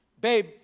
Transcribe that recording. Babe